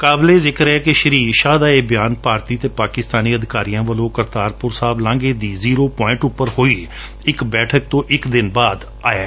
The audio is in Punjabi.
ਕਾਬਲੇ ਜਿਕਰ ਹੈ ਕਿ ਸ਼ੂੀ ਸਾਹ ਦਾ ਇਹ ਬਿਆਨ ਭਾਰਤੀ ਅਤੇ ਪਾਕਿਸਤਾਨੀ ਅਧਿਕਾਰੀਆਂ ਵੱਲੋਂ ਕਰਤਾਰਪੁਰ ਸਾਹਿਬ ਲਾਘੇ ਦੇ ਜੀਰੋ ਪਵਾਇੰਟ ਉੱਪਰ ਇੱਕ ਬੈਠਕ ਤੋਂ ਇੱਕ ਦਿਨ ਬਾਦ ਆਇਐ